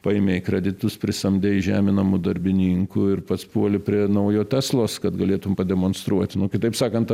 paėmei kreditus prisamdei žeminamų darbininkų ir pats puoli prie naujo teslos kad galėtum pademonstruot nu kitaip sakant